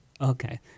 Okay